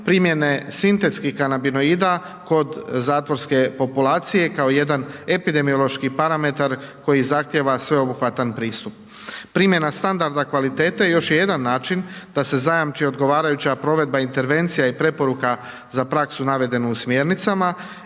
primjene sintetskih kanabinoida, kod zatvorske populacije kao jedan epidemiološki parametar koji zahtjeva sveobuhvatni pristup. Primjena standarda kvalitete, još je jedan način da se zajamči odgovarajuća provedba intervencija i preporuka za praksu navedene u smjernicama,